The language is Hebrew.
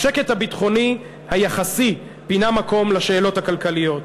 השקט הביטחוני היחסי פינה מקום לשאלות הכלכליות,